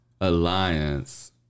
alliance